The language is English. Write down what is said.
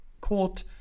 quote